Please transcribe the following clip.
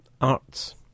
Arts